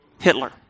Hitler